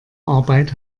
arbeit